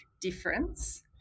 difference